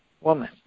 woman